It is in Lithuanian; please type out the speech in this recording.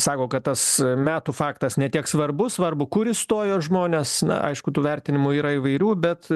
sako kad tas metų faktas ne tiek svarbu svarbu kur įstojo žmonės na aišku tų vertinimų yra įvairių bet